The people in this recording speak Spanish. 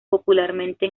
popularmente